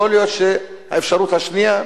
יכול להיות שהאפשרות השנייה,